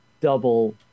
double